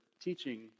teaching